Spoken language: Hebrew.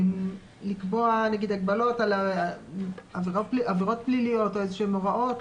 לקבוע נגיד הגבלות על עבירות פליליות או איזה שהן הוראות.